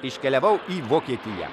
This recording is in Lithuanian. iškeliavau į vokietiją